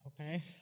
Okay